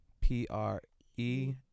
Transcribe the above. P-R-E